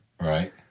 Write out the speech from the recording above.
right